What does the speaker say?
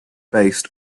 based